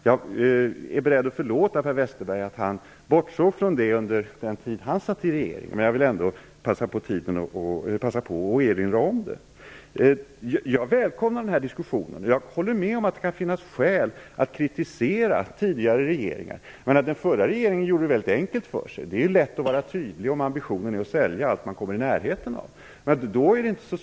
Jag är beredd att förlåta Per Westerberg för att han bortsåg från det under den tid han satt i regeringen, men jag vill ändå passa på att erinra om det. Jag välkomnar den här diskussionen. Jag håller med om att det kan finnas skäl att kritisera tidigare regeringar. Den förra regeringen gjorde det väldigt enkelt för sig; det är lätt att vara tydlig om ambitionen är att sälja allt man kommer i närheten av.